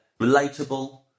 relatable